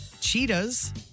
Cheetahs